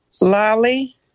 lolly